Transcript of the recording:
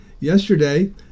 Yesterday